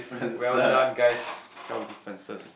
well done guys tell the differences